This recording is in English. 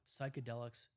psychedelics